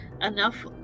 enough